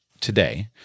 today